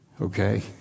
Okay